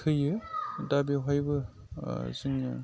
थैयो दा जों बेवहायबो जोङो